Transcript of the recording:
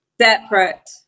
Separate